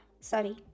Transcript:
sorry